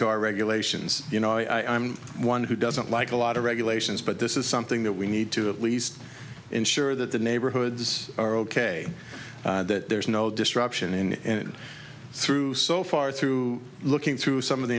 to our regulations you know i am one who doesn't like a lot of regulations but this is something that we need to at least ensure that the neighborhoods are ok that there's no disruption in through so far through looking through some of the